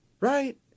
right